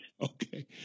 Okay